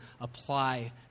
apply